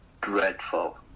dreadful